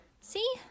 See